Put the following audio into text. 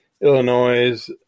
Illinois